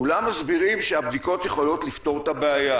כולם מסבירים שהבדיקות יכולות לפתור את הבעיה